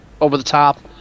over-the-top